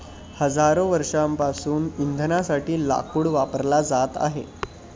हजारो वर्षांपासून इंधनासाठी लाकूड वापरला जात आहे